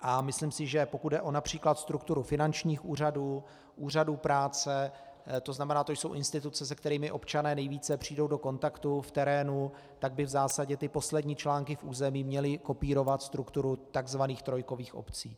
A myslím si, že pokud jde například o strukturu finančních úřadů, úřadů práce, to znamená, to jsou instituce, se kterými občané nejvíce přijdou do kontaktu v terénu, tak by v zásadě ty poslední články v území měly kopírovat strukturu takzvaných trojkových obcí.